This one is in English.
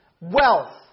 wealth